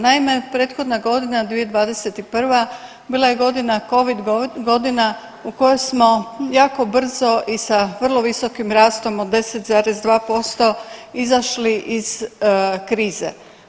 Naime, prethodna godina 2021. bila je godina, Covid godina u kojoj smo jako brzo i sa vrlo visokim rastom od 10,2% izašli iz krize.